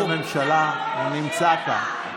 לא, לא, הוא נמצא, אדוני ראש הממשלה, נמצא כאן.